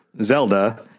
Zelda